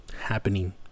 happening